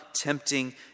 tempting